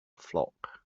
flock